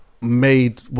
made